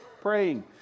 praying